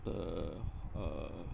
the uh